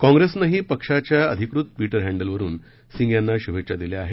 काँग्रेसनेही पक्षाच्या अधिकृत ट्विटर हँडलवरुन सिंग यांना शुभेच्छा दिल्या आहेत